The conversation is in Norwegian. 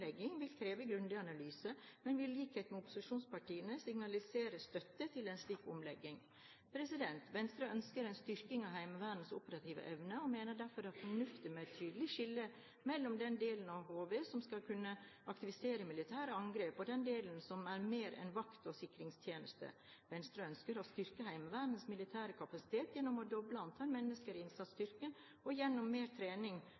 omlegging vil kreve grundige analyser, men vil i likhet med opposisjonspartiene signalisere støtte til en slik omlegging. Venstre ønsker en styrking av Heimevernets operative evne og mener derfor det er fornuftig med et tydeligere skille mellom den delen av HV som skal kunne avvise militære angrep, og den delen som mer er en vakt- og sikringstjeneste. Venstre ønsker å styrke Heimevernets militære kapasitet gjennom å doble antall mannskaper i innsatsstyrken og gjennom mer trening